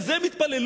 לזה הם התפללו?